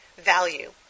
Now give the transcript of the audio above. value